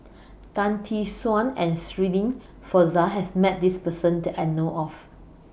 Tan Tee Suan and Shirin Fozdar has Met This Person that I know of